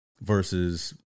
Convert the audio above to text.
versus